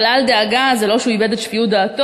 אבל אל דאגה, זה לא שהוא איבד את שפיות דעתו.